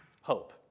hope